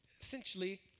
essentially